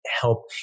help